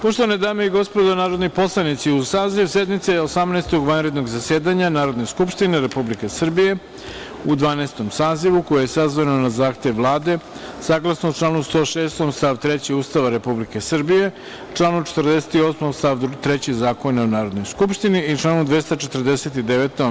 Poštovane dame i gospodo, narodni poslanici uz saziv sednice Osamnaestog vanrednog zasedanje Narodne skupštine Republike Srbije u Dvanaestom sazivu, koje je sazvana na zahtev Vlade, saglasno članu 106. stav 3. Ustava Republike Srbije, članu 48. stav 3. Zakona o Narodnoj skupštini i članu 249.